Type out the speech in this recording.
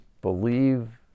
believe